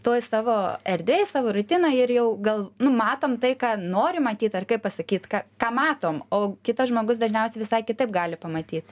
toj savo erdvėj savo rutinoj ir jau gal nu matom tai ką norim matyt ar kaip pasakyt ką ką matom o kitas žmogus dažniausiai visai kitaip gali pamatyt